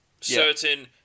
certain